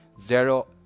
zero